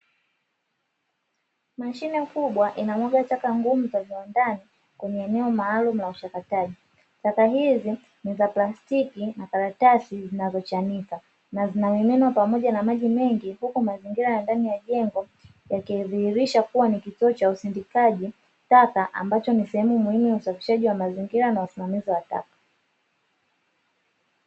Mashine kubwa inamwaga taka ngumu za viwandani kwenye eneo maalumu la uchakataji. Taka hizi ni za plastiki na karatasi zinazochanika, na zinamiminwa pamoja na maji mengi, huku mazingira ya ndani ya jengo yakidhihirisha kuwa ni kituo cha usindikaji taka, ambacho ni sehemu muhimu ya usafishaji wa mazingira na usimamizi wa taka.